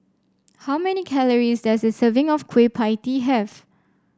how many calories does a serving of Kueh Pie Tee have